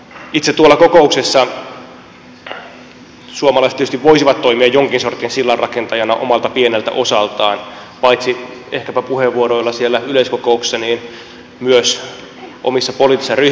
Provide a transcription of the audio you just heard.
itse kokouksessa suomalaiset tietysti voisivat toimia jonkin sortin sillanrakentajana omalta pieneltä osaltaan paitsi ehkäpä puheenvuoroilla siellä yleiskokouksessa myös omissa poliittisissa ryhmissään